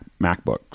macbooks